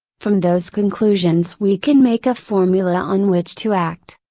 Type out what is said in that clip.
from those conclusions we can make a formula on which to act.